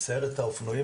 "סיירת האופנועים",